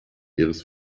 ihres